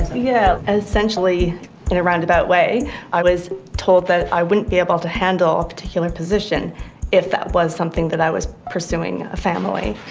yeah essentially in a roundabout way i was told that i wouldn't be able to handle a particular position if that was something that i was pursuing, a family.